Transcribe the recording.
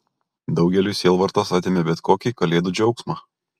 daugeliui sielvartas atėmė bet kokį kalėdų džiaugsmą